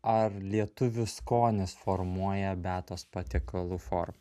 ar lietuvių skonis formuoja beatos patiekalų formą